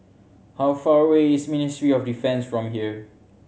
how far away is Ministry of Defence from here